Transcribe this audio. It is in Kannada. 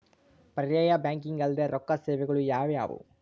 ಪರ್ಯಾಯ ಬ್ಯಾಂಕಿಂಗ್ ಅಲ್ದೇ ರೊಕ್ಕ ಸೇವೆಗಳು ಯಾವ್ಯಾವು?